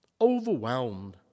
overwhelmed